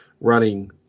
running